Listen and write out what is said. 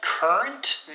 Current